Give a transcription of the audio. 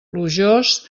plujós